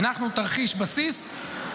הנחנו תרחיש בסיס,